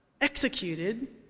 executed